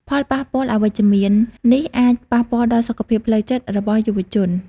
ផលប៉ះពាល់អវិជ្ជមាននេះអាចប៉ះពាល់ដល់សុខភាពផ្លូវចិត្តរបស់យុវជន។